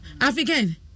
African